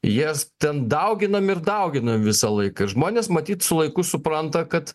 jas ten dauginam ir dauginam visą laiką žmonės matyt su laiku supranta kad